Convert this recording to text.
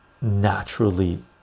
naturally